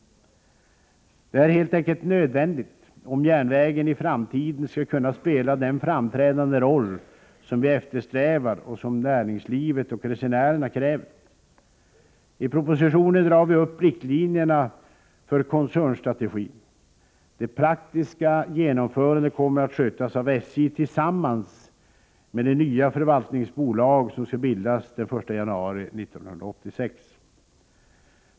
Detta är helt enkelt nödvändigt om järnvägen i framtiden skall kunna spela den framträdande roll som vi eftersträvar och som näringslivet och resenärerna kräver. I propositionen drar vi upp riktlinjerna för koncernstrategin. Det praktiska genomförandet kommer att skötas av SJ tillsammans med det nya förvaltningsbolag som skall bildas den 1 januari 1986.